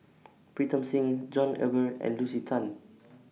Pritam Singh John Eber and Lucy Tan